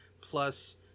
plus